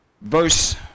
verse